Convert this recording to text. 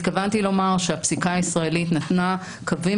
התכוונתי לומר שהפסיקה הישראלית נתנה קווים